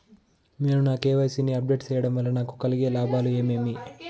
నేను నా కె.వై.సి ని అప్ డేట్ సేయడం వల్ల నాకు కలిగే లాభాలు ఏమేమీ?